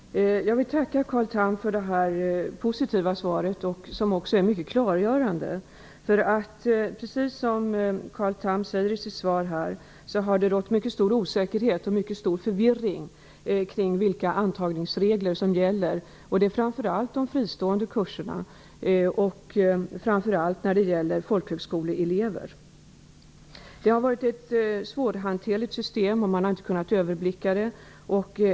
Fru talman! Jag vill tacka Carl Tham för det positiva svaret som också är mycket klargörande. Precis som Carl Tham säger i sitt svar har det rått mycket stor osäkerhet och mycket stor förvirring kring vilka antagningsregler som gäller. Det gäller framför allt de fristående kurserna och folkhögskoleelever. Det har varit ett svårhanterligt system. Man har inte kunnat överblicka det.